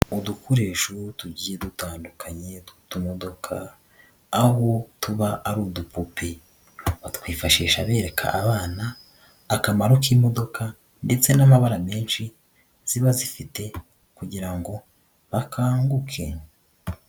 Udukoresho tugiye dutandukanye tw'utumodoka, aho tuba ari udupupe, batwifashisha bereka abana akamaro k'imodoka ndetse n'amabara menshi ziba zifite kugira ngo bakanguke.